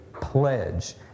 pledge